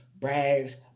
brags